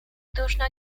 duszno